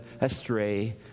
astray